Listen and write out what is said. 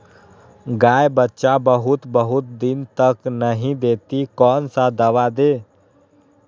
गाय बच्चा बहुत बहुत दिन तक नहीं देती कौन सा दवा दे?